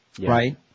Right